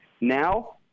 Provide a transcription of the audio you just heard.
Now